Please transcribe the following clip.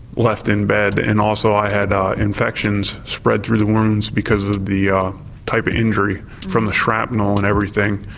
left in bed and also i had ah infections spread through the wounds because of the type of injury from the shrapnel and everything.